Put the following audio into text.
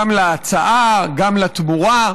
גם להצעה, גם לתמורה.